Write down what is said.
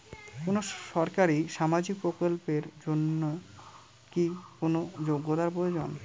কোনো সরকারি সামাজিক প্রকল্পের জন্য কি কোনো যোগ্যতার প্রয়োজন?